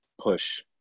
push